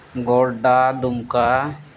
Godda Dumka